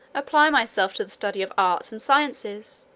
apply myself to the study of arts and sciences,